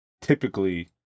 typically